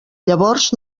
llavors